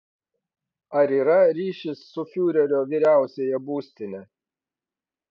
ar yra ryšys su fiurerio vyriausiąja būstine